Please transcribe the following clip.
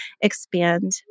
expand